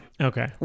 Okay